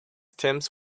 teams